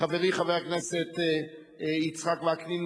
חברי חבר הכנסת יצחק וקנין,